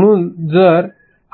म्हणून जर